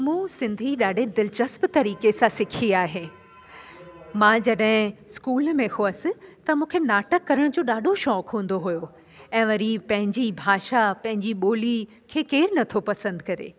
मूं सिंधी ॾाढी दिलचस्पु तरीक़े सां सिखी आहे मां जॾहिं स्कूल में हुअसि त मूंखे नाटक करण जो ॾाढो शौक़ु हूंदो हुयो ऐं वरी पंहिंजी भाषा पंहिंजी ॿोली खे केरु न थो पसंदि करे